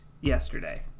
yesterday